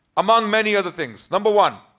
among many other things. number one.